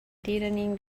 deadening